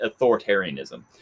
authoritarianism